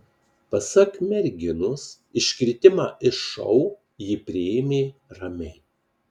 pasak merginos iškritimą iš šou ji priėmė ramiai